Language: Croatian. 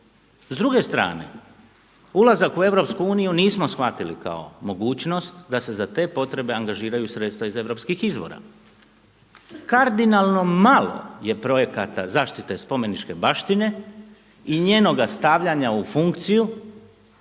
S druge strane, ulazak u EU nismo shvatili kao mogućnost da se za te potrebe angažiraju sredstva iz EU izvora. Kardinalno malo je projekata zaštite spomeničke baštine i njenoga stavljanja u funkciju,